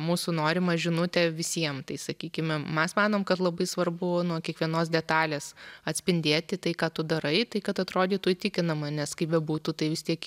mūsų norimą žinutę visiem tai sakykime mes manom kad labai svarbu nuo kiekvienos detalės atspindėti tai ką tu darai tai kad atrodytų įtikinama nes kaip bebūtų tai vis tiek